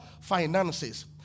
finances